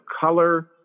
color